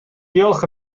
diolch